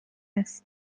است